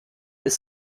ist